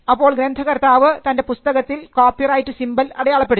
അപ്പോൾ ഗ്രന്ഥകർത്താവ് തൻറെ പുസ്തകത്തിൽ കോപ്പിറൈറ്റ് സിംബൽ അടയാളപ്പെടുത്തി